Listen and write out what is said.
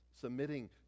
Submitting